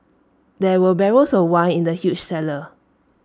there were barrels of wine in the huge cellar